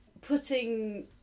putting